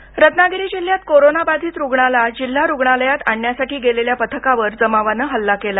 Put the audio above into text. रत्नागिरी हल्ला रत्नागिरी जिल्ह्यात कोरोनाबाधित रूग्णाला जिल्हा रुग्णालयात आणण्यासाठी गेलेल्या पथकावर जमावानं हल्ला केला